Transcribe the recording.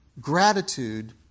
Gratitude